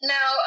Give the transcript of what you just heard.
Now